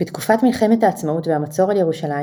בתקופת מלחמת העצמאות והמצור על ירושלים